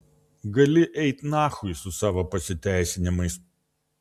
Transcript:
gali eit nachui su savo pasiteisinimais